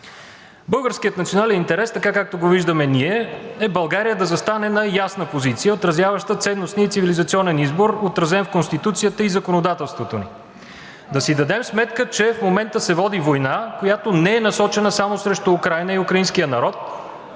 Българският национален интерес така, както го виждаме ние, е България да застане на ясна позиция, отразяваща ценностния и цивилизационен избор, отразен в Конституцията и законодателството ни. Да си дадем сметка, че в момента се води война, която не е насочена само срещу Украйна и украинския народ,